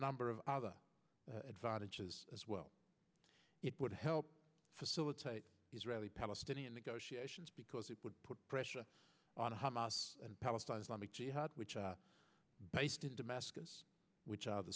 number of other advantages as well it would help facilitate israeli palestinian negotiations because it would put pressure on hamas and palestine islamic jihad which are based in damascus which are the